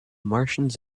martians